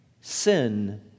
sin